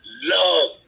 love